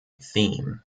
theme